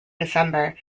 december